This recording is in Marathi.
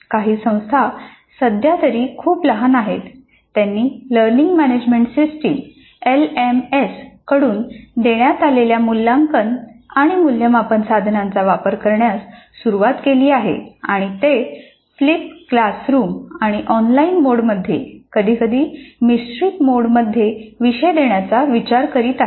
काही संस्था सध्या तरी खूपच लहान आहेत त्यांनी लर्निंग मॅनेजमेंट सिस्टम कडून देण्यात आलेल्या मूल्यांकन आणि मूल्यमापन साधनांचा वापर करण्यास सुरवात केली आहे आणि ते फ्लिप क्लासरूम आणि ऑनलाइन मोडमध्ये कधीकधी मिश्रित मोडमध्ये विषय देण्याचा विचार करीत आहेत